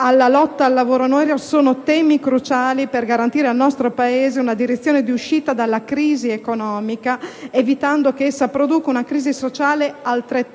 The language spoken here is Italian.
alla lotta al lavoro nero sono temi cruciali per garantire al nostro Paese una direzione di uscita dalla crisi economica, evitando che essa produca una crisi sociale altrettanto